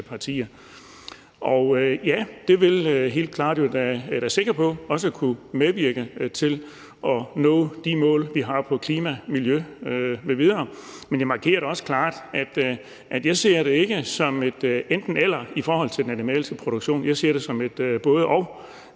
partier. Ja, det vil helt klart, er jeg sikker på, jo da også kunne medvirke til, at vi når de mål, vi har på klimaområdet og miljøområdet m.v. Men jeg markerede også klart, at jeg ikke ser det som et enten-eller i forhold til den animalske produktion. Jeg ser det som et både-og,